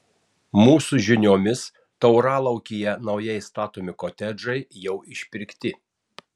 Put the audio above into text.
mūsų žiniomis tauralaukyje naujai statomi kotedžai jau išpirkti